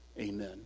amen